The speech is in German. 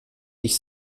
ich